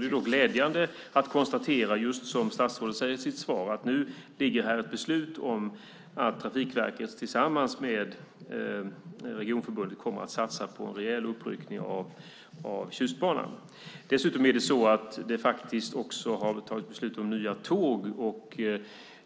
Det är glädjande att konstatera, som statsrådet sade i sitt svar, att nu finns här ett beslut om att Trafikverket tillsammans med Regionförbundet kommer att satsa på en rejäl uppryckning av Tjustbanan. Det har faktiskt också fattats beslut om nya tåg.